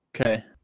Okay